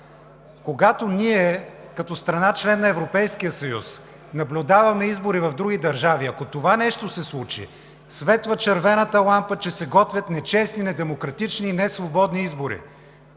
Когато ние като страна – член на Европейския съюз, наблюдаваме избори в други държави, ако това нещо се случи, светва червената лампа, че се готвят нечестни, недемократични и несвободни избори.